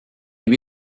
been